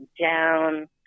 down